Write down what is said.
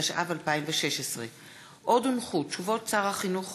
התשע"ו 2016. עוד הונחו תשובות שר החינוך